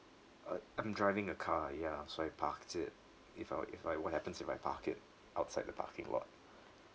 uh I'm driving a car ya so I parked it if I w~ if I what happens if I park it outside the parking lot